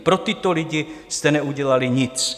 Pro tyto lidi jste neudělali nic.